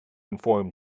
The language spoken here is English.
inform